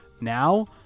now